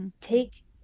Take